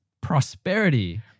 prosperity